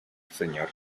señor